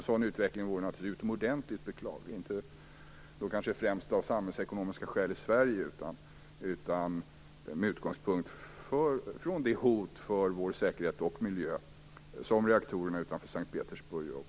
En sådan utveckling vore naturligtvis utomordentligt beklaglig, kanske inte främst för den svenska samhällsekonomin utan med utgångspunkt från det hot för vår säkerhet och vår miljö som reaktorerna utanför S:t Petersburg och